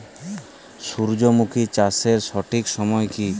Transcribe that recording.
সূর্যমুখী চাষের সঠিক সময় কি?